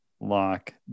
lock